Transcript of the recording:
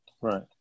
Right